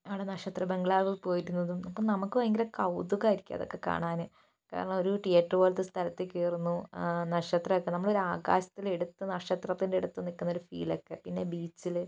അവിടെ നക്ഷത്ര ബംഗ്ളാവ് പോയിരുന്നതും അപ്പം നമുക്ക് ഭയങ്കര കൗതുകമായിരിക്കും അതൊക്കെ കാണാൻ കാരണം ഒരു തിയേറ്റർ പോലത്തെ സ്ഥലത്ത് കയറുന്നു ആ നക്ഷത്രമൊക്കെ നമ്മൾ ആകാശത്തിൽ എടുത്ത് നക്ഷത്രത്തിൻ്റെ അടുത്ത് നിൽക്കുന്ന ഒരു ഫീലൊക്കെ പിന്നെ ബീച്ചിൽ